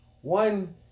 One